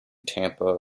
tampa